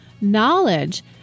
knowledge